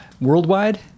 worldwide